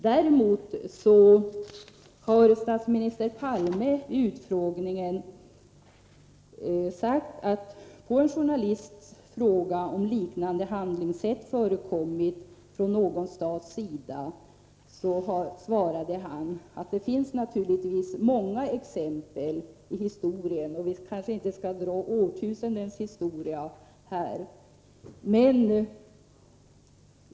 Däremot svarade statsminister Palme under utfrågningen att han på en journalists fråga om liknande handlingssätt förekommit från någon stats sida att det naturligtvis finns många exempel. Vi kanske inte behöver gå årtusenden tillbaka i historien.